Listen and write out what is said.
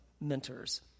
mentors